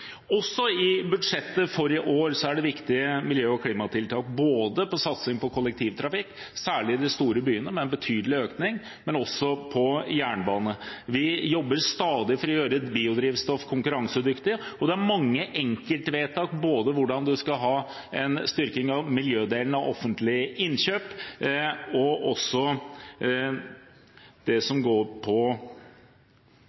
Også i budsjettet for i år er det viktige miljø- og klimatiltak, med satsing både på kollektivtrafikk, særlig i de store byene med en betydelig økning, og på jernbane. Vi jobber stadig for å gjøre biodrivstoff konkurransedyktig, og det er mange enkeltvedtak, både hvordan man skal få en styrking av miljødelen av offentlige innkjøp, og også det som